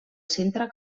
centre